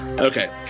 Okay